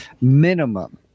minimum